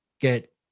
get